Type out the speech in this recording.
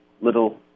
little